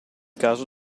caso